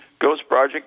ghostproject